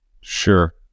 Sure